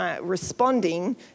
responding